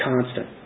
constant